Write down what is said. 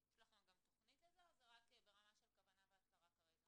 יש לכם גם תוכנית לזה או שזה רק ברמה של כוונה והצהרה כרגע?